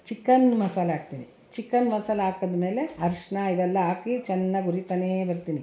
chicken masala ಹಾಕ್ತೀನಿ chicken masala ಹಾಕಿದ್ಮೇಲೆ ಅರಶಿಣ ಇವೆಲ್ಲ ಹಾಕಿ ಚೆನ್ನಾಗಿ ಉರಿತಲೇ ಬರ್ತೀನಿ